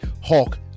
Hulk